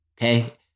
Okay